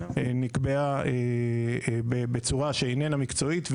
נקבעה בצורה שאיננה מקצועית,